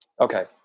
Okay